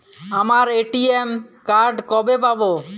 আমার ATM card কবে পাব?